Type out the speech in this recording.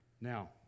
Now